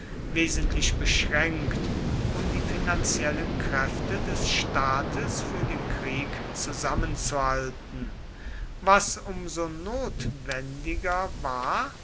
wesentlich beschränkt um die finanziellen kräfte des staates für den krieg zusammenzuhalten was um so notwendiger wir